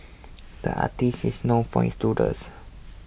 the artist is known for his doodles